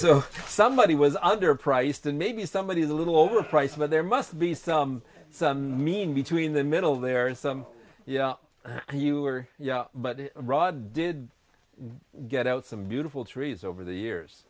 so somebody was under a price than maybe somebody is a little over priced but there must be some meaning between the middle there is some you know you are yeah but rod did get out some beautiful trees over the years